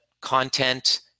content